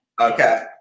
Okay